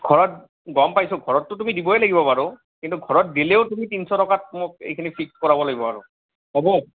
ঘৰত গম পাইছো ঘৰতটো তুমি দিবই লাগিব বাৰু কিন্তু ঘৰত দিলেও তুমি তিনিশ টকাত মোক এইখিনি ফিক্স কৰাব লাগিব আৰু হ'ব